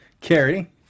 Carrie